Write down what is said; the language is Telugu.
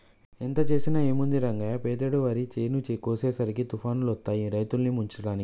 ఎంత చేసినా ఏముంది రంగయ్య పెతేడు వరి చేను కోసేసరికి తుఫానులొత్తాయి రైతుల్ని ముంచడానికి